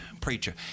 preacher